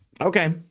Okay